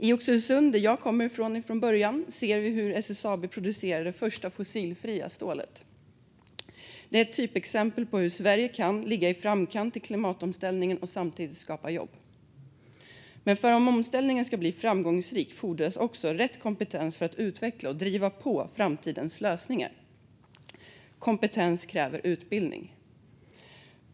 I Oxelösund, där jag kommer ifrån från början, ser vi hur SSAB producerar det första fossilfria stålet. Det är ett typexempel på hur Sverige kan ligga i framkant i klimatomställningen och samtidigt skapa jobb. Men för att omställningen ska bli framgångsrik fordras också rätt kompetens för att utveckla och driva på framtidens lösningar. Kompetens kräver utbildning.